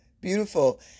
beautiful